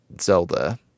Zelda